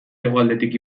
hegoaldetik